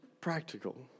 practical